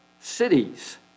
cities